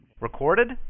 Recorded